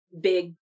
big